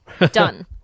Done